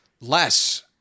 less